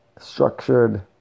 structured